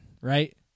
right